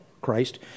Christ